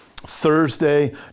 Thursday